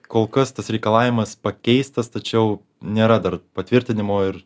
kol kas tas reikalavimas pakeistas tačiau nėra dar patvirtinimo ir